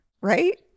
right